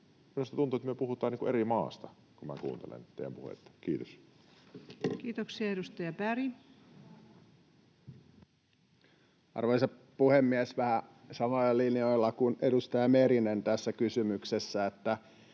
Minusta tuntuu, että me puhutaan eri maasta, kun minä kuuntelen teidän puheitanne. — Kiitos. Kiitoksia. — Edustaja Berg. Arvoisa puhemies! Olen vähän samoilla linjoilla kuin edustaja Merinen tässä kysymyksessä,